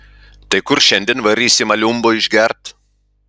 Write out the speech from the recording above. tai kur šiandien varysim aliumbo išgert